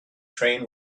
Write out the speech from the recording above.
train